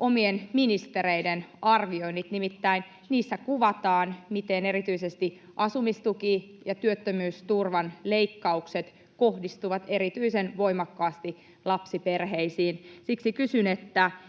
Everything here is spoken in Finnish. omien ministereiden arvioinnit. Nimittäin niissä kuvataan, miten erityisesti asumistuki ja työttömyysturvan leikkaukset kohdistuvat erityisen voimakkaasti lapsiperheisiin. Siksi kysyn,